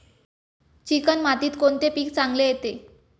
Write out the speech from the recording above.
Chicken मातीत कोणते पीक चांगले येते?